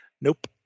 Nope